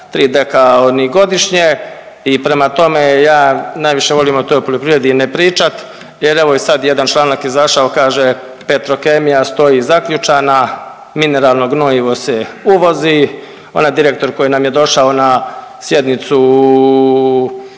3 deka godišnje i prema tome ja najviše volim o toj poljoprivredi ne pričati. Jer evo i sad jedan članak je izašao kaže Petrokemija stoji zaključana. Mineralno gnojivo se uvozi. Onaj direktor koji nam je došao na sjednicu